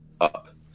up